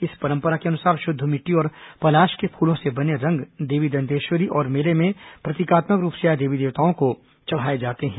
इस परंपरा के अनुसार शुद्ध मिट्टी और पलाश के फूलों से बने रंग देवी दंतेश्वरी और मेले में प्रतीकात्मक रूप से आए देवी देवताओं को चढ़ाए जाते हैं